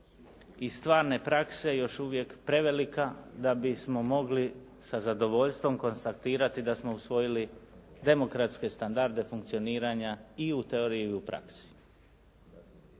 i stvarne prakse još uvijek prevelika da bismo mogli sa zadovoljstvom konstatirati da smo usvojili demokratske standarde funkcioniranja i u teoriji i u praksi.